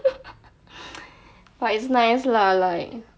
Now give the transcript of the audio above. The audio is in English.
but it's nice lah like